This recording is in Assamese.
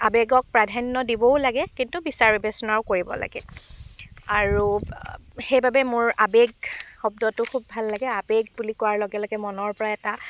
আবেগক প্ৰাধান্য দিবও লাগে কিন্তু বিচাৰ বিবেচনাও কৰিব লাগে আৰু সেইবাবে মোৰ আবেগ শব্দটো খুব ভাল লাগে আবেগ বুলি কোৱাৰ লগে লগে মনৰ পৰা এটা